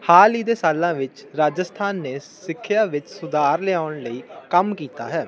ਹਾਲ ਹੀ ਦੇ ਸਾਲਾਂ ਵਿੱਚ ਰਾਜਸਥਾਨ ਨੇ ਸਿੱਖਿਆ ਵਿੱਚ ਸੁਧਾਰ ਲਿਆਉਣ ਲਈ ਕੰਮ ਕੀਤਾ ਹੈ